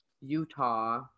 Utah